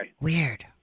Weird